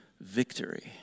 victory